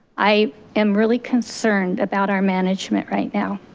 i am really concerned about our management right now,